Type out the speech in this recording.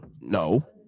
no